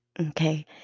okay